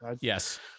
Yes